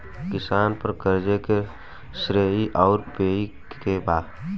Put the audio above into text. किसान पर क़र्ज़े के श्रेइ आउर पेई के बा?